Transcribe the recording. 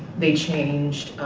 they changed,